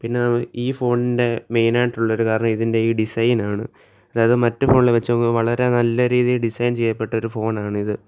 പിന്നെ നമുക്ക് ഈ ഫോണിൻ്റെ മെയിൻ ആയിട്ടുള്ളൊരു കാരണം ഇതിൻ്റെ ഈ ഡിസൈനാണ് അതായത് മറ്റു ഫോണിലെ വച്ചു നോക്കുമ്പോൾ വളരെ നല്ല രീതിയിൽ ഡിസൈൻ ചെയ്യപ്പെട്ട ഒരു ഫോൺ ആണ് ഇത്